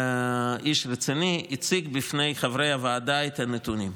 איש רציני, הציג בפני חברי הוועדה את הנתונים.